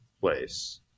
place